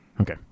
Okay